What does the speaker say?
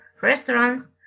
restaurants